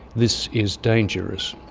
this is dangerous.